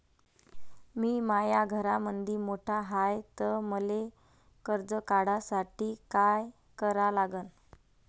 मी माया घरामंदी मोठा हाय त मले कर्ज काढासाठी काय करा लागन?